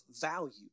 value